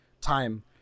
time